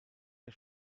der